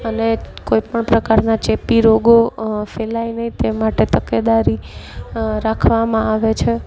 અને કોઈપણ પ્રકારના ચેપી રોગો ફેલાય નહીં તે માટે તકેદારી રાખવામાં આવે છે